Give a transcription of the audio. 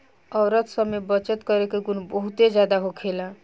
औरत सब में बचत करे के गुण बहुते ज्यादा होखेला